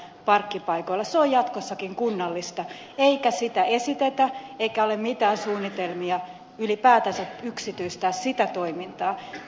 se on jatkossakin kunnallista eikä sitä esitetä eikä ole mitään suunnitelmia ylipäätänsä yksityistää sitä toimintaa